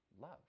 love